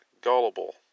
gullible